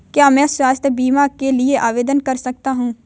क्या मैं स्वास्थ्य बीमा के लिए आवेदन कर सकता हूँ?